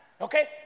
Okay